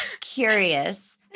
curious